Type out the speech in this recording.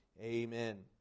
Amen